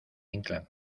inclán